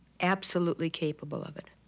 absolutely capable of it.